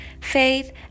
Faith